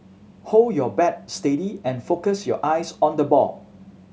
hold your bat steady and focus your eyes on the ball